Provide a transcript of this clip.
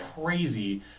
crazy